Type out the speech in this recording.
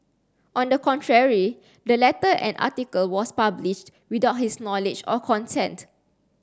on the contrary the letter and article was published without his knowledge or consent